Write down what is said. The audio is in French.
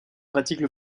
pratique